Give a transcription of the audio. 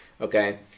okay